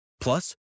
Plus